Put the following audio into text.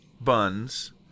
buns